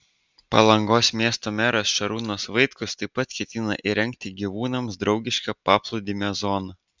palangos miesto meras šarūnas vaitkus taip pat ketina įrengti gyvūnams draugišką paplūdimio zoną